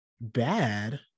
Bad